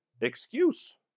excuse